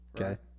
Okay